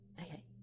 Okay